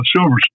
Silver